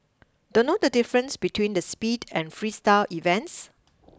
don't know the difference between the speed and freestyle events